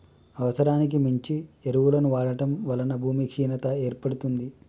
అవసరానికి మించి ఎరువులను వాడటం వలన భూమి క్షీణత ఏర్పడుతుంది